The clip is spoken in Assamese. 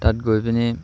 তাত গৈ পিনে